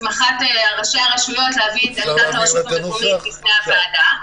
הסמכת ראשי הרשויות להביא את עמדת הרשות המקומית בפני הוועדה.